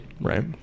Right